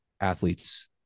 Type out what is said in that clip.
athletes